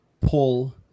pull